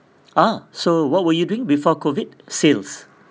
ah so what were you doing before COVID sales